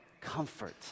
comfort